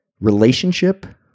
relationship